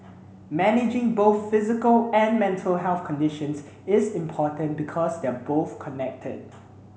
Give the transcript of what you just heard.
managing both physical and mental health conditions is important because they are both connected